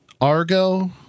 Argo